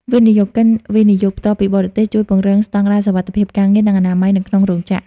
វិនិយោគិន វិនិយោគផ្ទាល់ពីបរទេស ជួយពង្រឹងស្ដង់ដារសុវត្ថិភាពការងារ និងអនាម័យនៅក្នុងរោងចក្រ។